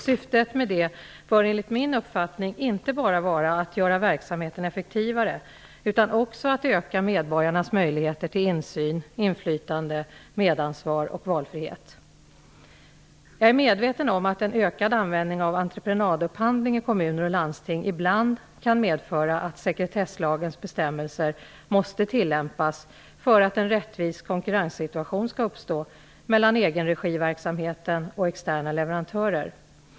Syftet med det bör enligt min uppfattning inte bara vara att göra verksamheten effektivare utan också att öka medborgarnas möjligheter till insyn, inflytande, medansvar och valfrihet. Jag är medveten om att en ökad användning av entreprenadupphandling i kommuner och landsting ibland kan medföra att sekretesslagens bestämmelser måste tillämpas för att en rättvis konkurrenssituation skall uppstå mellan egenregiverksamheten och externa leverantörer.